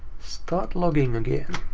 start logging again.